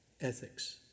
ethics